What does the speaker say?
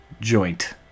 joint